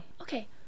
okay